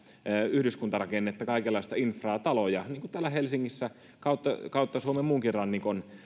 yhdyskuntarakennetta kaikenlaista infraa taloja niin kuin on täällä helsingissä kautta kautta suomen muunkin rannikon